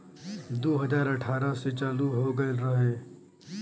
दू हज़ार अठारह से चालू हो गएल रहे